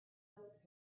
folks